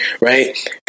right